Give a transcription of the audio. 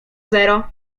zero